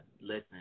listen